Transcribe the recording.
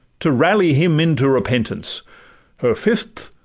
to rally him into repentance her fifth,